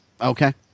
Okay